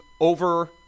over